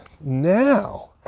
now